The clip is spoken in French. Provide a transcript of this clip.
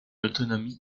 autonomie